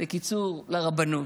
בקיצור, לרבנות.